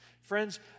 Friends